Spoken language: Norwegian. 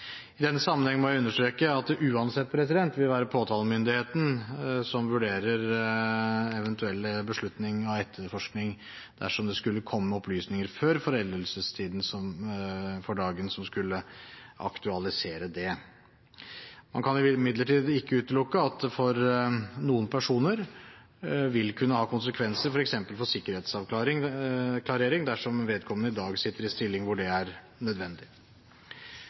I denne sammenheng må jeg understreke at det uansett vil være påtalemyndigheten som vurderer en eventuell beslutning om etterforskning dersom det skulle komme for dagen opplysninger før foreldelsestiden som skulle aktualisere det. Man kan imidlertid ikke utelukke at det for noen personer vil kunne ha konsekvenser, f.eks. for sikkerhetsavklaring dersom vedkommende i dag sitter i en stilling hvor det er nødvendig.